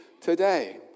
today